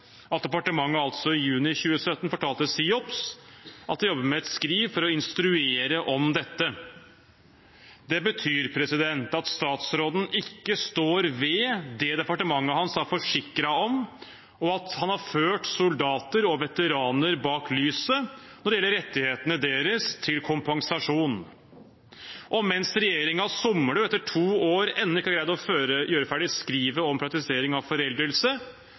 at departementet i juni 2017 fortalte SIOPS at de jobbet med et skriv for å instruere om dette. Det betyr at statsråden ikke står ved det departementet hans har forsikret om, og at han har ført soldater og veteraner bak lyset når det gjelder retten deres til kompensasjon. Og mens regjeringen somler – etter to år har de ennå ikke greid å gjøre ferdig skrivet om praktisering av foreldelse